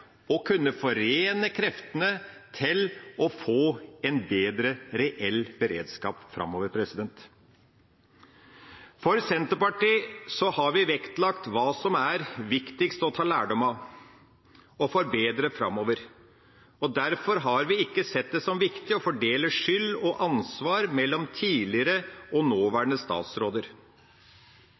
å kunne forene kreftene for å få en bedre reell beredskap framover. Senterpartiet har vektlagt hva som er viktigst å ta lærdom av og forbedre framover. Derfor har vi ikke sett det som viktig å fordele skyld og ansvar mellom tidligere og nåværende statsråder.